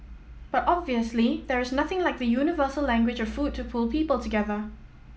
but obviously there is nothing like the universal language of food to pull people together